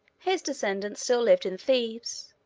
his descendants still lived in thebes,